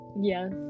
Yes